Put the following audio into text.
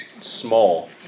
small